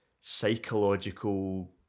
psychological